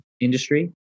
industry